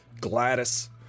Gladys